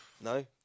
No